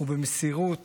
ובמסירות